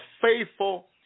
faithful